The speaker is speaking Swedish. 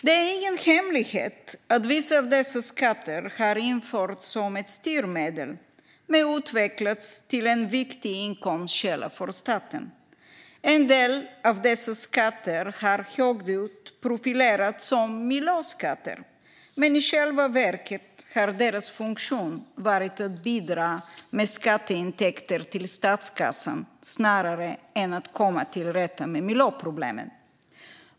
Det är ingen hemlighet att vissa av dessa skatter har införts som ett styrmedel men utvecklats till en viktig inkomstkälla för staten. En del av dessa skatter har högljutt profilerats som miljöskatter, men i själva verket har deras funktion varit att bidra med skatteintäkter till statskassan snarare än att komma till rätta med miljöproblem.